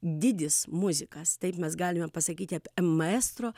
didis muzikas taip mes galime pasakyti apie maestro